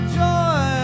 joy